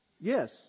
Yes